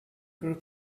group